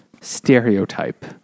stereotype